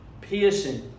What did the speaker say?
piercing